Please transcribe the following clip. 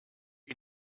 you